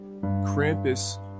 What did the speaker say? Krampus